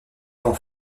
vents